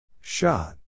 Shot